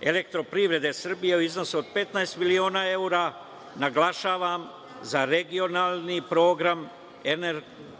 „Elektroprivrede Srbije“ u iznosu od 15 miliona evra, naglašavam, za regionalni program energetske